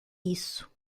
isso